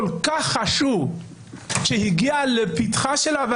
והגיעו למסקנה שהגיעו.